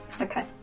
Okay